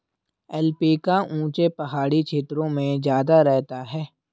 alpaca ऊँचे पहाड़ी क्षेत्रों में ज्यादा रहता है